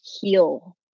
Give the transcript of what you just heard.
heal